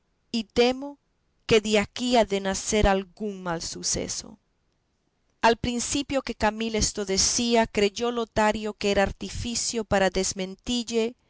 y temo que de aquí ha de nacer algún mal suceso al principio que camila esto decía creyó lotario que era artificio para desmentille